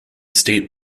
state